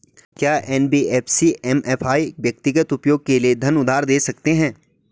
क्या NBFC MFI व्यक्तिगत उपयोग के लिए धन उधार दें सकते हैं?